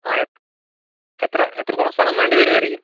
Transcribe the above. ആ എത്ര എത്ര എത്രത്തോളം സ്ഥലം വേണ്ടിവരുമായിരിക്കും